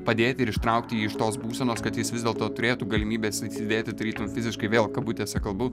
padėti ir ištraukti jį iš tos būsenos kad jis vis dėlto turėtų galimybės atsidėti tarytum fiziškai vėl kabutėse kalbu